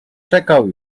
czekał